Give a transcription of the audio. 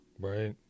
Right